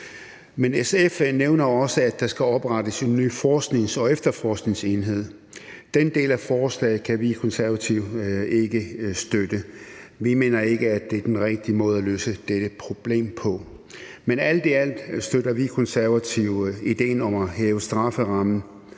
Men SF nævner også, at der skal oprettes en ny forsknings- og efterforskningsenhed. Den del af forslaget kan vi Konservative ikke støtte. Vi mener ikke, at det er den rigtige måde at løse det problem på. I alt støtter vi Konservative idéen om at hæve strafferammen,